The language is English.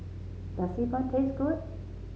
does Xi Ban taste good